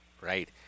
Right